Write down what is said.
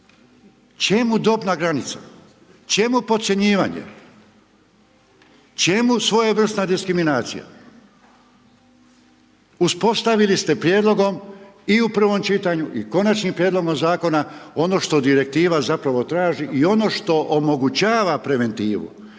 Čemu dobra granica? Čemu podcjenjivanje? Čemu svojevrsna diskriminacija? Uspostavili ste prijedlogom i u prvom čitanju i konačnom prijedlogu zakonu ono što direktiva zapravo traži i ono što omogućava preventivu.